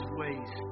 ways